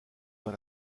dans